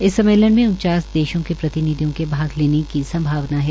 इस सम्मेलन उन्चास देशो के प्रतिनिधि के भाग लेने की संभावना है